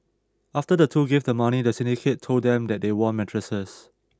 after the two gave the money the syndicate told them that they won mattresses